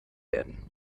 werden